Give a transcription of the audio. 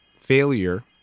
failure